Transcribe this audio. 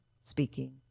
speaking